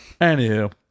Anywho